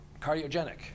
cardiogenic